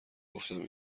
گفتم